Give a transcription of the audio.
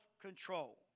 control